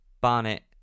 Barnett